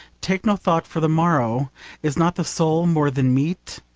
take no thought for the morrow is not the soul more than meat?